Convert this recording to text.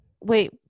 wait